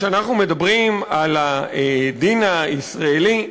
כשאנחנו מדברים על הדין הישראלי,